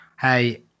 hey